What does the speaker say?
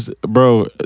Bro